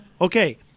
Okay